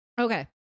Okay